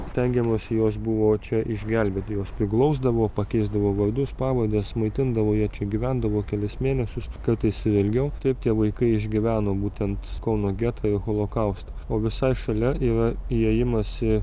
stengiamasi juos buvo čia išgelbėti juos priglausdavo pakeisdavo vardus pavardes maitindavo jie čia gyvendavo kelis mėnesius kartais ir ilgiau taip tie vaikai išgyveno būtent kauno getą ir holokaustą o visai šalia yra įėjimas į